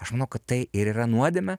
aš manau kad tai ir yra nuodėmė